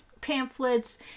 pamphlets